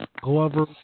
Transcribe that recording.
Glover